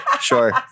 sure